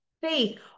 faith